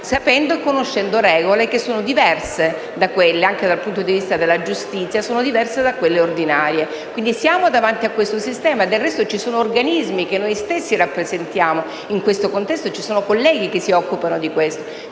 sapendo che le regole sono diverse, anche dal punto di vista della giustizia, da quelle ordinarie. Quindi siamo davanti a questo sistema. Del resto ci sono organismi che noi stessi rappresentiamo in questo contesto e ci sono colleghi che si occupano di questo.